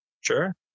Sure